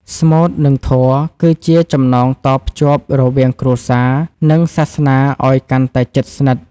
ស្មូត និងធម៌គឺជាចំណងតភ្ជាប់រវាងគ្រួសារ និងសាសនាឱ្យកាន់តែជិតស្និទ្ធ។